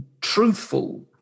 truthful